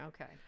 okay